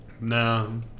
No